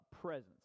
presence